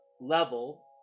level